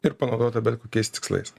ir panaudota dar kokiais tikslais